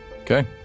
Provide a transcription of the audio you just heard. Okay